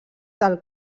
del